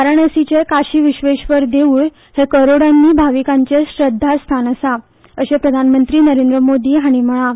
वाराणासीच्या काशीविश्वेश्वर देवूळ हे करोडांनी भाविकांचे श्रध्दास्थान आसा अशें प्रधानमंत्री नरेंद्र मोदी हांणी म्हळां